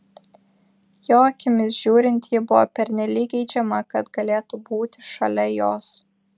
jo akimis žiūrint ji buvo pernelyg geidžiama kad galėtų būti šalia jos